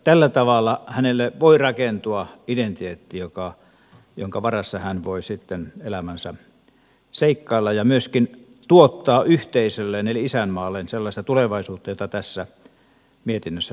tällä tavalla hänelle voi rakentua identiteetti jonka varassa hän voi sitten elämänsä seikkailla ja myöskin tuottaa yhteisölleen eli isänmaalleen sellaista tulevaisuutta jota tässä mietinnössä tavoitellaan